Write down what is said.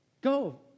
Go